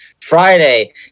Friday